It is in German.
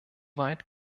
weit